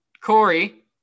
Corey